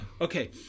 Okay